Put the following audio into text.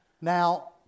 Now